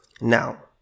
Now